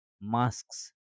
masks